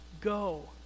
Go